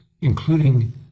including